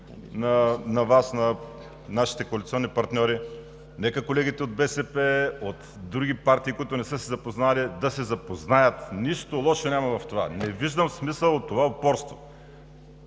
на Вас, на нашите коалиционни партньори. Нека колегите от БСП, от други партии, които не са се запознали, да се запознаят. Нищо лошо няма в това. Не виждам смисъл от това упорство.